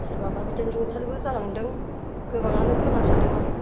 सोरबाबा बिदिनो रुंसारिबो जालांदों गोबाङानो खोनाखादों आरो